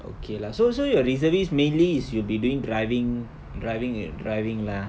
okay lah so so your reservist mainly is you'll be doing driving driving a~ driving lah